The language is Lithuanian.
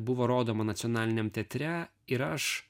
buvo rodoma nacionaliniam teatre ir aš